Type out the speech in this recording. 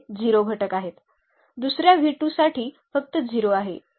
हे 0 वर सेट केले जाईल आणि हे तेव्हाच शक्य आहे जेव्हा हे सर्व लँबडा 0 आहेत